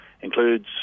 includes